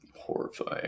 horrifying